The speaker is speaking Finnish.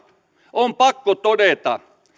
on pakko todeta